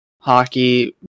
hockey